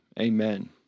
amen